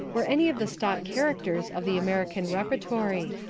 or any of the stock characters of the american repertory.